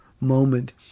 moment